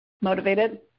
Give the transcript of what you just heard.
Motivated